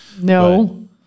No